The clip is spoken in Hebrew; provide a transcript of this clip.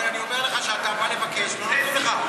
אבל אני אומר לך שכשאתה בא לבקש לא נותנים לך.